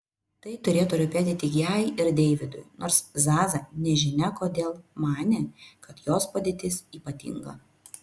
tai turėtų rūpėti tik jai ir deividui nors zaza nežinia kodėl manė kad jos padėtis ypatinga